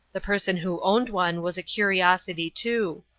the person who owned one was a curiosity, too.